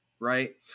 Right